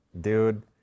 Dude